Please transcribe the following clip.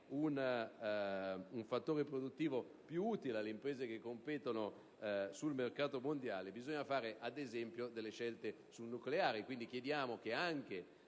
un fattore produttivo più utile alle imprese che competono sul mercato mondiale, bisogna fare, ad esempio, scelte come quella sul nucleare. Chiediamo pertanto che anche